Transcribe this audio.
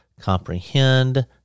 comprehend